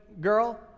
girl